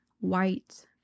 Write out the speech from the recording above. white